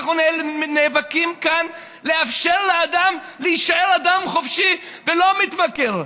אנחנו נאבקים כאן על לאפשר לאדם להישאר אדם חופשי ולא מתמכר.